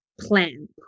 plan